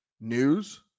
news